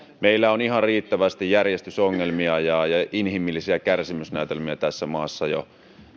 meillä on ihan riittävästi järjestysongelmia ja ja inhimillisiä kärsimysnäytelmiä tässä maassa jo